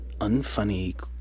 unfunny